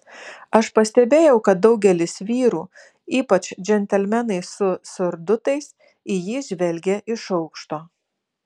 aš pastebėjau kad daugelis vyrų ypač džentelmenai su surdutais į jį žvelgė iš aukšto